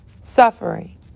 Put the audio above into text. suffering